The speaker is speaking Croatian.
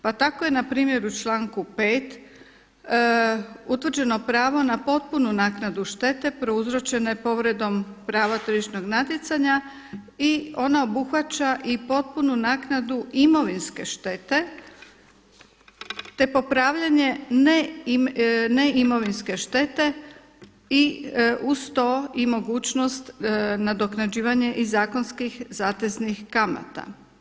Pa tako je npr. u članku 5. utvrđeno pravo na potpunu naknadu štete prouzročene povredom prava tržišnog natjecanja i ona obuhvaća i potpunu naknadu imovinske štete te popravljanje ne imovinske štete i uz to i mogućnost nadoknađivanja i zakonskih, zateznih kamata.